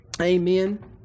Amen